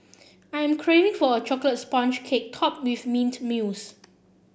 I'm craving for a chocolate sponge cake topped with mint mousse